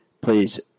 Please